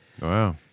Wow